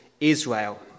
Israel